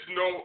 no